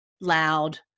loud